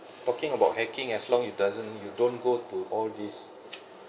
talking about hacking as long you doesn't you don't go to all this